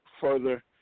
further